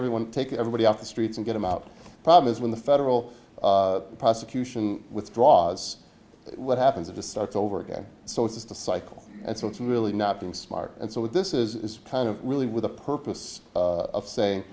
everyone take everybody off the streets and get them out the problem is when the federal prosecution withdraws what happens if this starts over again so it's just a cycle and so it's really not being smart and so this is kind of really with the purpose of saying